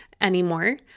anymore